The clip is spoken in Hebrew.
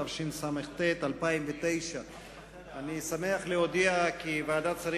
התשס"ט 2009. אני שמח להודיע כי ועדת השרים